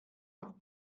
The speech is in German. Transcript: auf